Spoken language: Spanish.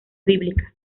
bíblica